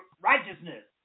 righteousness